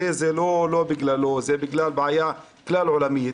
הרי זה לא בגללו, זה בגלל בעיה כלל עולמית.